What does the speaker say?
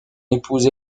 épouse